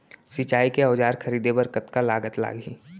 सिंचाई के औजार खरीदे बर कतका लागत लागही?